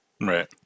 Right